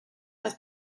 las